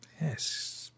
yes